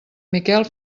miquel